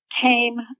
came